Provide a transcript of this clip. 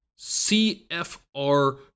CFR